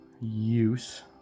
use